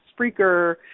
Spreaker